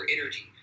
energy